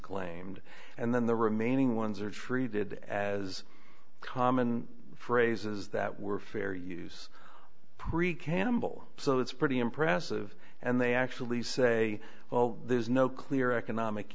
claimed and then the remaining ones are treated as common phrases that were fair use pre campbell so that's pretty impressive and they actually say well there's no clear economic